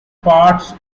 parts